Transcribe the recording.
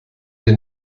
wir